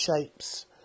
shapes